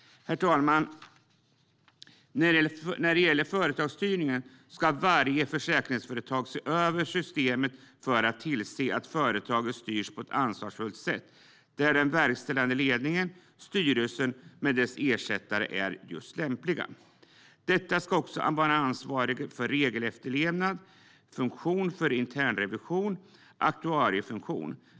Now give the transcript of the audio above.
Herr talman! När det gäller företagsstyrningen ska varje försäkringsföretag se över systemet för att tillse att företaget styrs på ett ansvarsfullt sätt, där den verkställande ledningen och styrelsen med dess ersättare är just lämpliga. Dessa ska också vara ansvariga för regelefterlevnad, funktion för internrevision och aktuariefunktion.